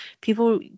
people